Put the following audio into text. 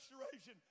restoration